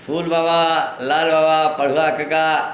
फूल बाबा लाल बाबा पढ़ुआ काका